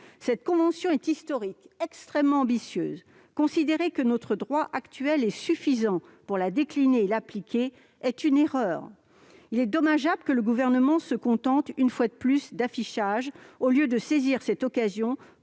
Cette convention est historique et extrêmement ambitieuse. Considérer que notre droit actuel est suffisant pour la décliner et l'appliquer est une erreur. Il est dommageable que le Gouvernement, une fois de plus, se contente d'affichage, plutôt que de saisir cette occasion